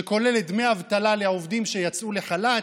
שכוללת דמי אבטלה לעובדים שיצאו לחל"ת,